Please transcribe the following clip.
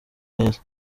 neza